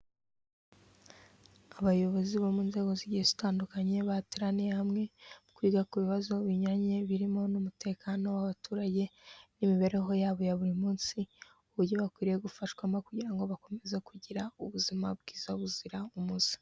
Abayobozi bo mu nzego zigiye zitandukanye bateraniye hamwe, kwiga ku bibazo binyuranye birimo n'umutekano w'abaturage n'imibereho yabo ya buri munsi, uburyo bakwiriye gufashwamo kugira ngo bakomeze kugira ubuzima bwiza buzira umuze.